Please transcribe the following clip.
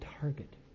target